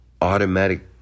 automatic